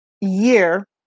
year